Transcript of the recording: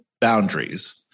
boundaries